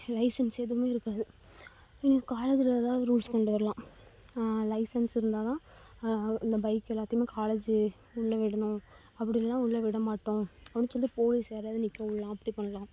licence எதுவுமே இருக்காது இங்கே காலேஜில் எதாவது ரூல்ஸ் கொண்டு வரலாம் லைசென்ஸ் இருந்தால் தான் இந்த பைக் எல்லாத்தையுமே காலேஜு உள்ளே விடணும் அப்படி இல்லைனா உள்ள விட மாட்டோம் அப்படினு சொல்லிவிட்டு போலீஸ் யாரையாவது நிற்க விட்லாம் அப்படி பண்ணலாம்